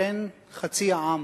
אכן חצי העם.